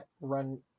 run